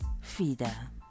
Fida